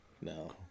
No